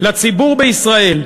לציבור בישראל,